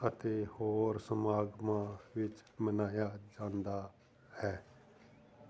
ਅਤੇ ਹੋਰ ਸਮਾਗਮਾਂ ਵਿੱਚ ਮਨਾਇਆ ਜਾਂਦਾ ਹੈ